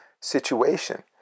situation